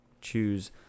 choose